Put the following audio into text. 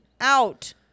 out